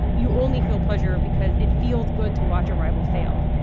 you only feel pleasure because it feels good to watch a rival fail